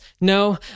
No